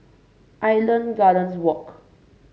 Island Gardens Walk